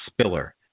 Spiller